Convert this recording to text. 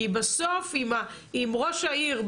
כי בסוף אם ראש העיר,